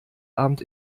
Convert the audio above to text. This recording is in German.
abend